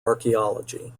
archaeology